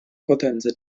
potenza